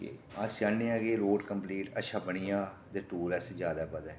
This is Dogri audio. ते अस चाह्नें कि रोड़ अच्छा कम्पलीट बनी जा ते टुरिस्ट जादै बधै